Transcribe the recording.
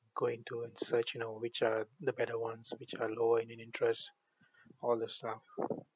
go into and search you know which are the better ones which are low in in~ interest all those stuff